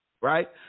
right